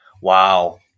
Wow